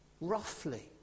roughly